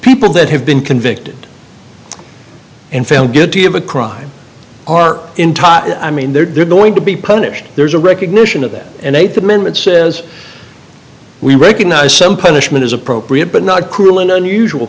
people that have been convicted and found guilty of a crime are in taht i mean they're going to be punished there's a recognition of that and th amendment says we recognize some punishment is appropriate but not cruel and unusual